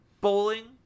Bowling